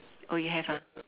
oh you have ah